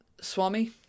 Swami